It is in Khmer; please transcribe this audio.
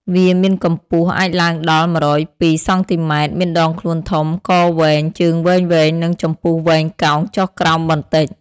វាមានកម្ពស់អាចឡើងដល់ ១០២ សង់ទីម៉ែត្រ មានដងខ្លួនធំ កវែង ជើងវែងៗ និងចំពុះវែងកោងចុះក្រោមបន្តិច។